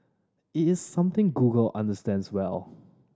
it is something Google understands well